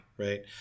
Right